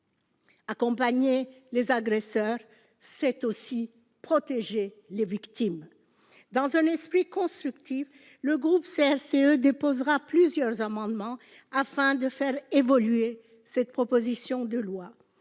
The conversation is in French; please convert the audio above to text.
Accompagner les agresseurs, c'est aussi protéger les victimes. Dans un esprit constructif, le groupe CRCE déposera plusieurs amendements afin de faire évoluer cette proposition de loi.